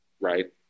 right